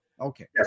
Okay